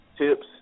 tips